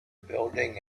building